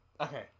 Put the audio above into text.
Okay